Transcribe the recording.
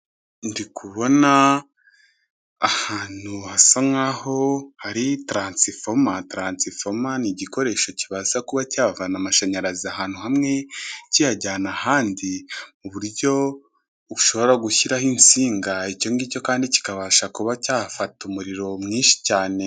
Ndi kubona ahantu hasa nkaho hari taransifoma. Taransifoma ni igikoresho kibasha kuba cyavana amashanyarazi ahantu hamwe kiyajyana ahandi uburyo ushobora gushyiraho insinga icyo ngicyo kandi kikabasha kuba cyafata umuriro mwinshi cyane.